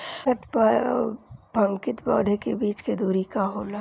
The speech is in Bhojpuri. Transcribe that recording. प्रति पंक्ति पौधे के बीच के दुरी का होला?